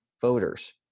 voters